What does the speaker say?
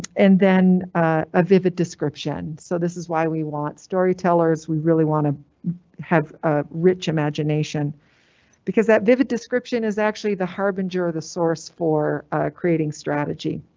and then a vivid description. so this is why we want storytellers. we really want to have a rich imagination because that vivid description is actually the harbinger of the source for creating strategy.